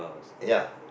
ya